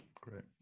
Great